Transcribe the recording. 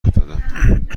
افتادم